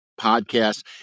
podcasts